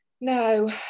no